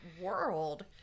world